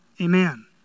amen